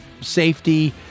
safety